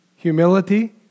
Humility